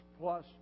plus